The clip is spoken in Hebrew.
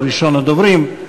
הוא ראשון הדוברים,